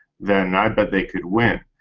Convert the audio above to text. then i bet they could win.